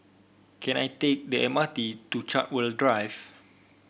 can I take the M R T to Chartwell Drive